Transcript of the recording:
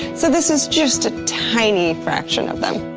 so this is just a tiny fraction of them.